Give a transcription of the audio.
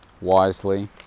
wisely